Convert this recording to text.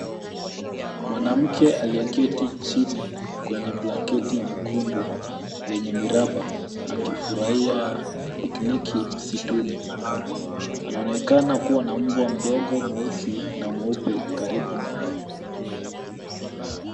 Mwanamke aliyeketi chini kwenye blanketi nyekundu lenye miraba akifurahia pikniki msituni. Anaonekana kuwa na mbwa mdogo mweusi na mweupe karibu naye.